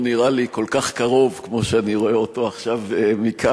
נראה לי כל כך קרוב כמו שאני רואה אותו עכשיו מכאן.